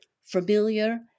familiar